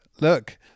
Look